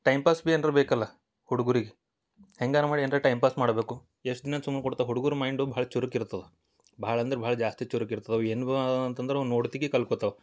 time pass ಬಿ ಏನಾರ ಬೇಕಲ್ವ ಹುಡ್ಗರಿಗೆ ಹೆಂಗಾರೂ ಮಾಡಿ ಏನಾರ ಟೈಮ್ ಪಾಸ್ ಮಾಡಬೇಕು ಎಷ್ಟು ದಿನ ಅಂತ ಸುಮ್ನೆ ಕೂಡ್ತಾ ಹುಡ್ಗರ ಮೈಂಡು ಭಾಳ ಚುರ್ಕು ಇರ್ತದೆ ಭಾಳ ಅಂದ್ರೆ ಭಾಳ ಜಾಸ್ತಿ ಚುರುಕು ಇರ್ತದೆ ಅವು ಏನು ಬಾ ಅಂತಂದ್ರೆ ಅವು ನೋಡೊತ್ತಿಗೆ ಕಲ್ಕೋತಾವೆ